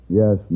yes